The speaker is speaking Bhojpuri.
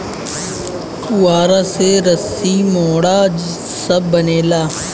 पुआरा से रसी, मोढ़ा सब बनेला